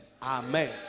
Amen